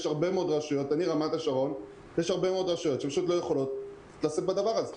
יש הרבה מאוד רשויות שלא יכולות לשאת בדבר הזה.